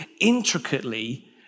intricately